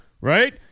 right